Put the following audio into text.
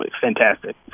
fantastic